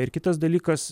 ir kitas dalykas